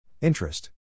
Interest